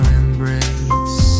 embrace